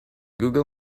google